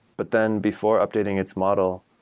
but then before updating its model,